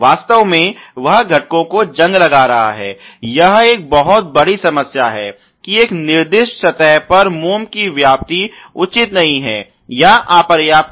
वास्तव में वह घटकों को जंग लगा रहा है यह एक बहुत बड़ी समस्या है कि एक निर्दिष्ट सतह पर मोम की व्याप्ति उचित नहीं है या अपर्याप्त है